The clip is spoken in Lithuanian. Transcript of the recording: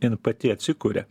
jin pati atsikuria